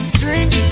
drink